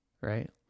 right